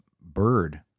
bird